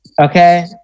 Okay